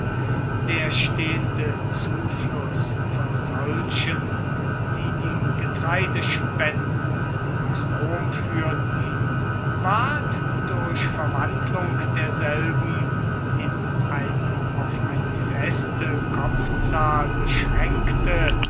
der stehende zufluß von solchen die die getreidespenden nach rom führten ward durch verwandlung derselben in eine auf eine feste kopfzahl beschränkte